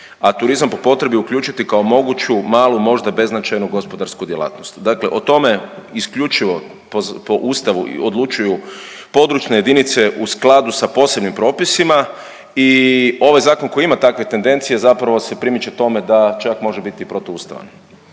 a turizam po potrebi uključiti kao moguću malu možda beznačajnu gospodarsku djelatnost. Dakle o tome isključivo po Ustavu odlučuju područne jedinice u skladu sa posebnim propisima i ovaj zakon koji ima takve tendencije zapravo se primiče tome da čak može biti i protuustavan.